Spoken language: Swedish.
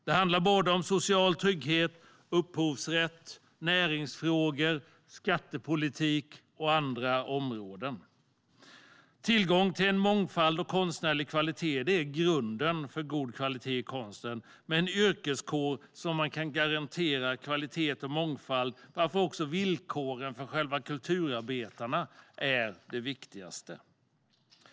Det handlar om social trygghet, upphovsrätt, näringsfrågor, skattepolitik och andra områden. Tillgång till mångfald och konstnärlig kvalitet är grunden för god kvalitet i konsten. Och med en yrkeskår kan man garantera kvalitet och mångfald, varför också villkoren för kulturarbetarna är viktiga.